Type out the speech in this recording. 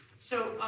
so